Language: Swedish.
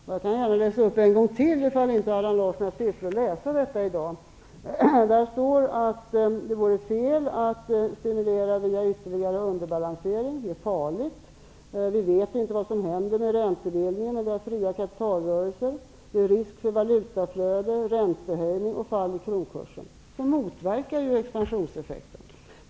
Om Allan Larsson inte har haft tillfälle att läsa detta i dag kan jag gärna läsa upp det ytterligare en gång. Där står att det vore fel att stimulera via ytterligare underbalansering. Det är farligt. Vi vet inte vad som händer med räntebildningen. Vi har fria kapitalrörelser. Det är risk för valutaflöde, räntehöjning och fall i kronkursen, som ju motverkar expansionseffekten.